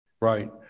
Right